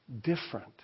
different